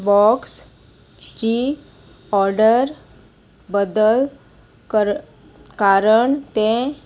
box ची order बदल कर कारण तें